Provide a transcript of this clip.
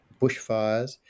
bushfires